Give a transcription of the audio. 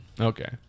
Okay